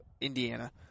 Indiana